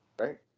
Right